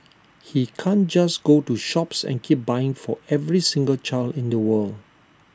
he can't just go to shops and keep buying for every single child in the world